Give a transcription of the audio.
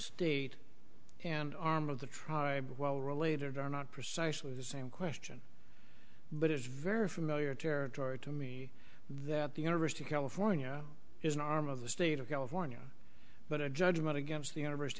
state and arm of the tribe well related are not precisely the same question but it is very familiar territory to me that the university of california is an arm of the state of california but a judgment against the university